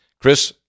Chris